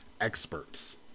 experts